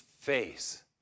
face